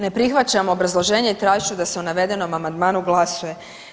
Ne prihvaćam obrazovanje i tražit ću da se o navedenom amandmanu glasuje.